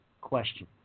question